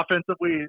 Offensively